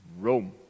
Rome